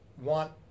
want